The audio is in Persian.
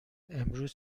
امروز